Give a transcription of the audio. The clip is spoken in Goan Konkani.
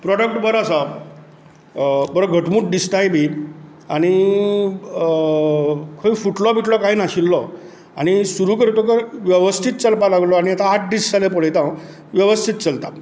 प्रोडक्ट बरो आसा बरो घटमूट दिसताय बी आनी खंय फुटलो बिटलो कांय नाशिल्लो आनी सुरू करतगर वेवस्थीत चलपाक लागलो आनी आठ दीस पळयता हांव वेवस्थीत चलता